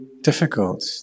difficult